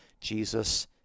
Jesus